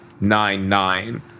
Nine-Nine